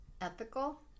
ethical